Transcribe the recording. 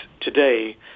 today